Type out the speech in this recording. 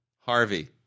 Harvey